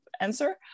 answer